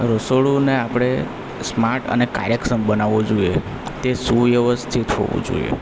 રસોડુંને આપણે સ્માર્ટ અને કાર્યક્ષમ બનાવું જોઈએ તે સુવ્યવસ્થિત હોવું જોઈએ